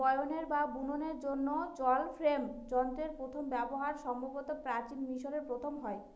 বয়নের বা বুননের জন্য জল ফ্রেম যন্ত্রের প্রথম ব্যবহার সম্ভবত প্রাচীন মিশরে প্রথম হয়